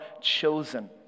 chosen